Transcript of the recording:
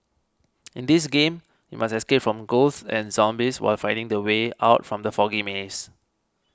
in this game you must escape from ghosts and zombies while finding the way out from the foggy maze